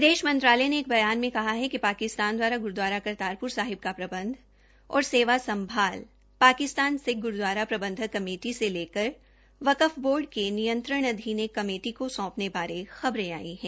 विदेश मंत्रालय ने एक बयान में कहा कि पाकिस्तान दवारा ग्रूदवारा करतारपुर साहिब का प्रबंध और सेवा संभाल पाकिस्तान सिक्ख गुरूदवारा प्रबंधक कमेटी से लेकर वक्फ बोर्ड के नियंत्रण अधीन एक कमेटी को सौंपेने बारे खबरें आई है